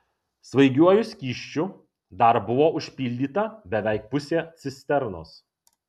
svaigiuoju skysčiu dar buvo užpildyta beveik pusė cisternos